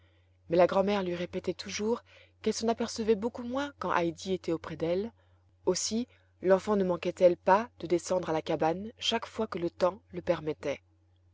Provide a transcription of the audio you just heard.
mais la grand'mère lui répétait toujours qu'elle s'en apercevait beaucoup moins quand heidi était auprès d'elle aussi l'enfant ne manquait elle pas de descendre à la cabane chaque fois que le temps le permettait